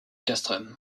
castrum